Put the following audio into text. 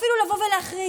אפילו לבוא ולהחריג.